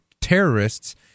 terrorists